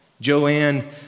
Joanne